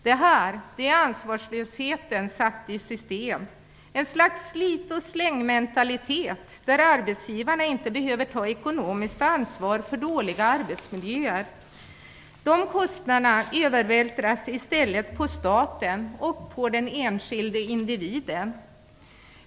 Det här är ansvarslösheten satt i system, en slags slit-och-släng-mentalitet där arbetsgivarna inte behöver ta ekonomiskt ansvar för dåliga arbetsmiljöer. De kostnaderna övervältras i stället på staten och på den enskilde individen.